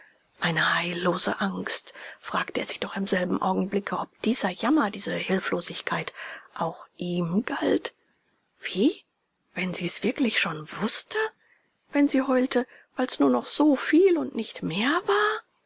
eine heillose angst fragte er sich doch im selben augenblicke ob dieser jammer diese hilflosigkeit auch ihm galt wie wenn sie's wirklich schon wußte wenn sie heulte weil's nur noch so viel und nicht mehr war